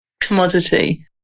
commodity